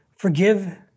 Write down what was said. Forgive